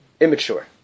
immature